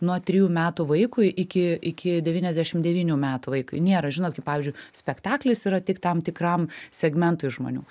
nuo trijų metų vaikui iki iki devyniasdešimt devynių metų vaikui nėra žinot kaip pavyzdžiui spektaklis yra tik tam tikram segmentui žmonių